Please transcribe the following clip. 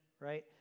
Right